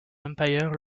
empire